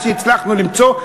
מה שהצלחנו למצוא,